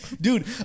Dude